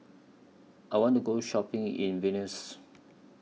I want to Go Shopping in Vilnius